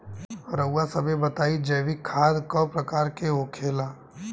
रउआ सभे बताई जैविक खाद क प्रकार के होखेला?